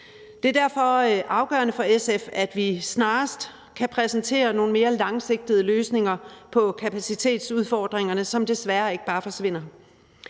Det er derfor afgørende for SF, at vi snarest kan præsentere nogle mere langsigtede løsninger på kapacitetsudfordringerne, som desværre ikke bare forsvinder.